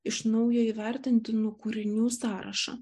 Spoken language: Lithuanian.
iš naujo įvertintinų kūrinių sąrašą